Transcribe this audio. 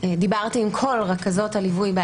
ליצור קשר יזום עם